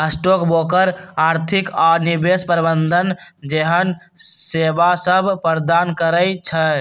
stock broker आर्थिक आऽ निवेश प्रबंधन जेहन सेवासभ प्रदान करई छै